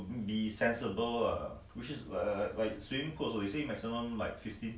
ya is the the whole concept the whole idea is just to make sure the safety distance lor